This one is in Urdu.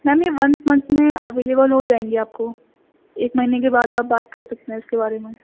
میم یہ ون منتھ میں اویلیبل ہو جائیں گی آپ کو ایک مہینے کے بعد آپ بات کر سکتے ہیں اس کے بارے میں